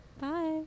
Bye